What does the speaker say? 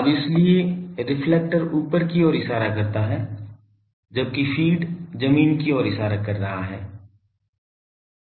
अब इसलिए रिफ्लेक्टर ऊपर की ओर इशारा करता है जबकि फ़ीड जमीन की ओर इशारा कर रहा है